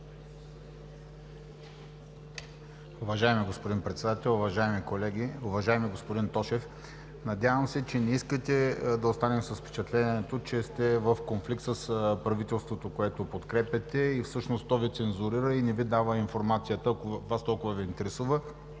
Уважаеми господин Председател, уважаеми колеги, уважаеми господин Тошев! Надявам се, че не искате да останем с впечатлението, че сте в конфликт с правителството, което подкрепяте – всъщност то Ви цензурира и не Ви дава информацията, ако Вас толкова Ви интересува.